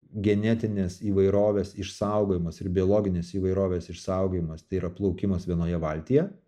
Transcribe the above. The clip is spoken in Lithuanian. genetinės įvairovės išsaugojimas ir biologinės įvairovės išsaugojimas tai yra plaukimas vienoje valtyje